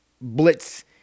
blitz